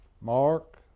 Mark